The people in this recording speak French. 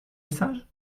message